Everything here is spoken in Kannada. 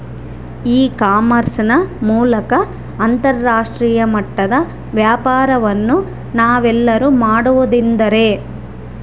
ಇ ಕಾಮರ್ಸ್ ನ ಮೂಲಕ ಅಂತರಾಷ್ಟ್ರೇಯ ಮಟ್ಟದ ವ್ಯಾಪಾರವನ್ನು ನಾವೆಲ್ಲರೂ ಮಾಡುವುದೆಂದರೆ?